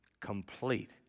complete